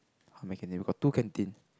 oh we got two canteen